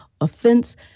offense